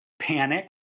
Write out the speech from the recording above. panic